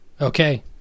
Okay